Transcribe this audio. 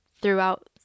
throughout